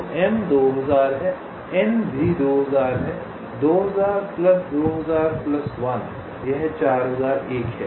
तो M 2000 है N 2000 है 4001 है